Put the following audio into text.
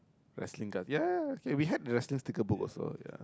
wrestling card ya ya ya K we have the wrestling sticker book also ya